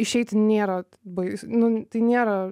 išeiti nėra bais nu tai nėra